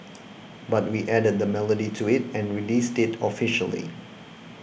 but we added the melody to it and released it officially